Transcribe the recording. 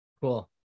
Cool